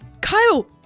Kyle